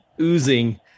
oozing